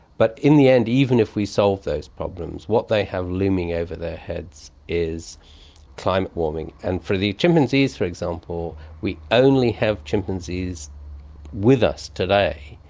but in the end even if we solve those problems, what they have looming over their heads is climate warming. and for the chimpanzees, for example, we only have chimpanzees with us today,